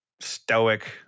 Stoic